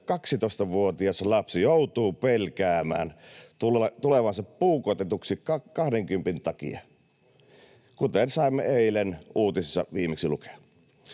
12-vuotias lapsi joutuu pelkäämään tulevansa puukotetuksi kahdenkympin takia, kuten saimme viimeksi eilen uutisista lukea.